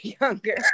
younger